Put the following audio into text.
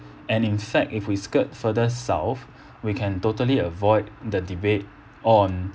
and in fact if we skirt further south we can totally avoid the debate on